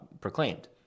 proclaimed